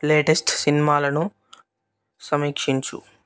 latest సినిమాలను సమీక్షించు